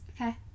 Okay